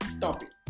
topic